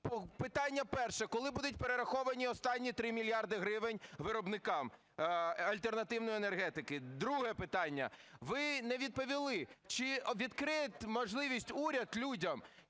Питання перше: коли будуть перераховані останні 3 мільярди гривень виробникам альтернативної енергетики? Друге питання. Ви не відповіли, чи відкриє можливість уряд людям